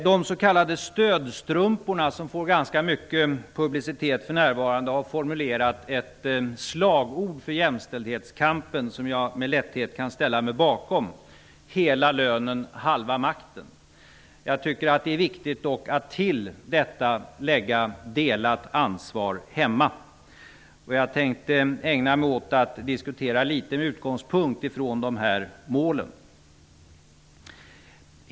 De s.k. stödstrumporna, som för närvarande får ganska mycket publicitet, har formulerat ett slagord för jämställdhetskampen som jag med lätthet kan ställa mig bakom: Hela lönen, halva makten! Jag tycker dock att det är viktigt att till detta lägga: Delat ansvar hemma! Jag tänker ägna mig litet åt att diskutera utifrån dessa mål.